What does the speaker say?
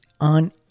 on